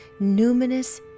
numinous